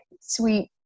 sweet